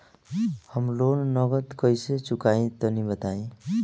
हम लोन नगद कइसे चूकाई तनि बताईं?